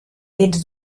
vents